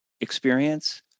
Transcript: experience